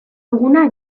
duguna